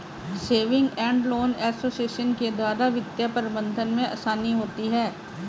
saving and loan association के द्वारा वित्तीय प्रबंधन में आसानी होती है